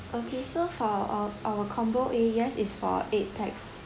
okay so for all our combo A yes is for eight pax